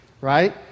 right